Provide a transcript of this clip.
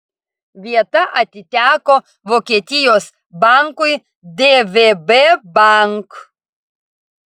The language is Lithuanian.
vieta atiteko vokietijos bankui dvb bank